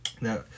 Now